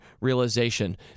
realization